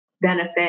benefit